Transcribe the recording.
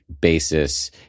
basis